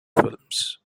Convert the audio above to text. films